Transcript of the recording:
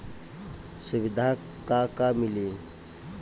सुविधा का का मिली?